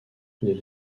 les